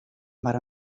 mar